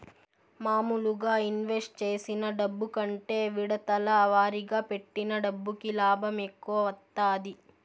మాములుగా ఇన్వెస్ట్ చేసిన డబ్బు కంటే విడతల వారీగా పెట్టిన డబ్బుకి లాభం ఎక్కువ వత్తాది